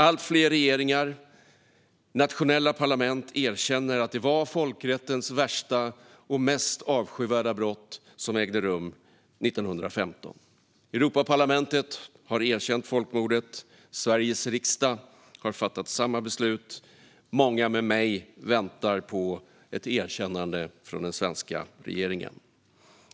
Allt fler regeringar och nationella parlament erkänner att det var folkrättens värsta och mest avskyvärda brott som begicks 1915. Europaparlamentet har erkänt folkmordet, Sveriges riksdag har fattat samma beslut, och många med mig väntar på ett erkännande från den svenska regeringen.